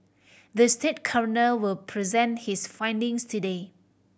the state coroner will present his findings today